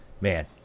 man